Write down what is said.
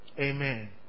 Amen